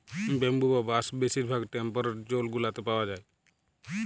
bamboo বা বাঁশ বেশির ভাগ টেম্পরেট জোল গুলাতে পাউয়া যায়